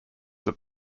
that